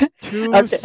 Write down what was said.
Two